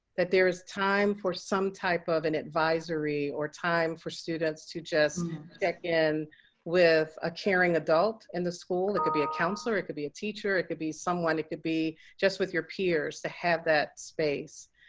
that there is time for some type of an advisory or time for students to just check in with a caring adult in the school. it could be a counselor. it could be teacher. it could be someone. it could be just with your peers to have that space.